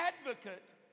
advocate